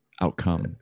outcome